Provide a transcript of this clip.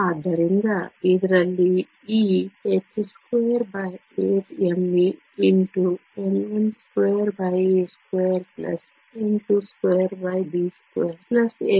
ಆದ್ದರಿಂದ ಇದರಲ್ಲಿ e h28men12a2n22b2n32c2